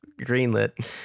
greenlit